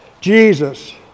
Jesus